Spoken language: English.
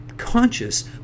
Conscious